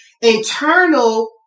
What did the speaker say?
internal